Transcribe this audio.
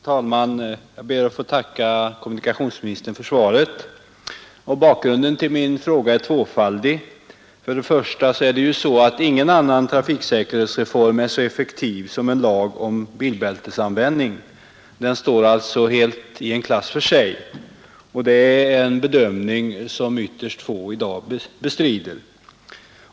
Herr talman! Jag ber att få tacka kommunikationsministern för svaret på min enkla fråga. Bakgrunden till den är tvåfaldig. För det första skulle ingen annan trafiksäkerhetsreform vara så effektiv som en lag om bilbältesanvändning. Att en sådan åtgärd i detta avseende står i en klass för sig är en bedömning som ytterst få i dag bestrider.